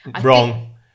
Wrong